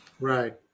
Right